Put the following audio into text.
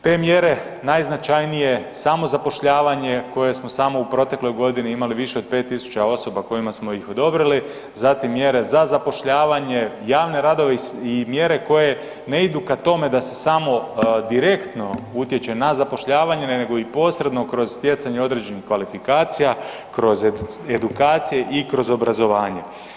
Te mjere najznačajnije je samozapošljavanje koje smo samo u protekloj godini imali više od 5.000 osoba kojima smo ih odobrili, zatim mjere za zapošljavanje, javne radove i mjere koje ne idu ka tome da se samo direktno utječe na zapošljavanje nego i posredno kroz stjecanje određenih kvalifikacija, kroz edukacije i kroz obrazovanje.